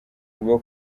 bwo